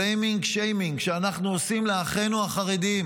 בליימינג, שיימינג שאנו עושים לאחינו החרדים,